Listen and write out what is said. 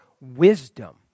wisdom